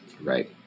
Right